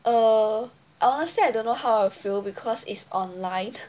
uh honestly I don't know how I feel because it's online